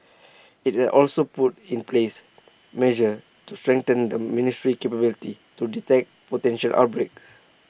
IT has also put in place measures to strengthen the ministry's capability to detect potential outbreaks